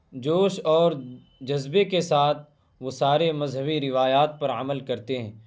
جوش اور جذبے کے ساتھ وہ سارے مذہبی روایات پر عمل کرتے ہیں